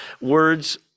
words